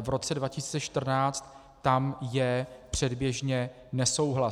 v roce 2014 tam je předběžně nesouhlas.